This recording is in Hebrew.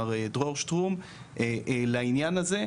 מר דרור שטרום לעניין הזה,